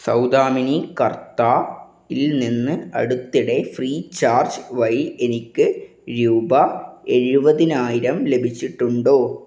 സൗദാമിനി കർത്ത ഇൽ നിന്ന് അടുത്തിടെ ഫ്രീ ചാർജ് വഴി എനിക്ക് രൂപ എഴുപതിനായിരം ലഭിച്ചിട്ടുണ്ടോ